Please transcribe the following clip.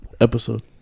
Episode